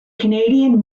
canadian